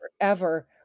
forever